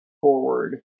forward